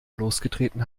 losgetreten